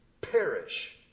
perish